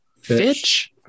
Fitch